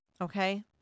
okay